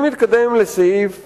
אני מתקדם לפסקה (2)